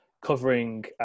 covering